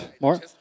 More